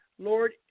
Lord